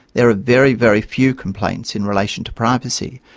there are very, very few complaints in relation to privacy.